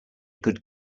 could